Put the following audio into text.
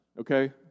okay